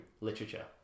literature